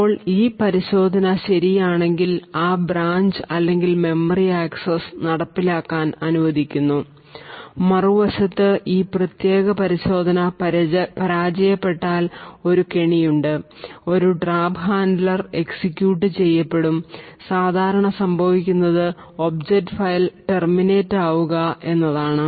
ഇപ്പോൾ ഈ പരിശോധന ശരിയാണെങ്കിൽ ആ ബ്രാഞ്ച് അല്ലെങ്കിൽ മെമ്മറി ആക്സിസ് നടപ്പിലാക്കാൻ അനുവദിക്കുന്നു മറുവശത്ത് ഈ പ്രത്യേക പരിശോധന പരാജയപ്പെട്ടാൽ ഒരു കെണിയുണ്ട് ഒരു ട്രാപ്പ് ഹാൻഡ്ലർ എക്സിക്യൂട്ട് ചെയ്യപ്പെടും സാധാരണ സംഭവിക്കുന്നത് ഒബ്ജക്റ്റ് ഫയൽ ടെർമിനേറ്റ് ആവുക എന്നതാണ്